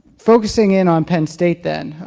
focusing in on penn state then,